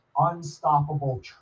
unstoppable